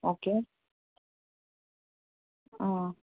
okay